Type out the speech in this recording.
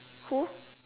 who